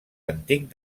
antic